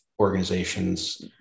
organizations